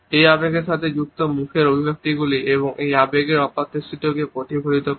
এই আবেগের সাথে যুক্ত মুখের অভিব্যক্তিগুলি এই আবেগের অপ্রত্যাশিততাকে প্রতিফলিত করে